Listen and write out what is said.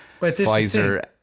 Pfizer